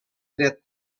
dret